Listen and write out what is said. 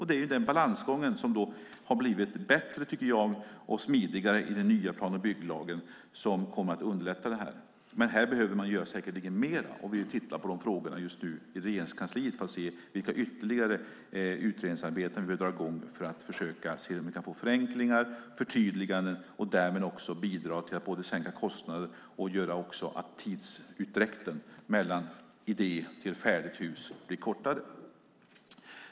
Det är den balansgången som jag tycker har blivit bättre och smidigare i den nya plan och bygglagen. Den kommer att underlätta detta, men här behöver man säkerligen göra mer. Vi tittar just nu på de frågorna i Regeringskansliet för att se vilket ytterligare utredningsarbete vi behöver dra i gång för att försöka få förenklingar och förtydliganden och därmed också bidra till att sänka kostnader och förkorta tiden mellan idé och färdigt hus.